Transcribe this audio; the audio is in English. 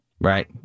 Right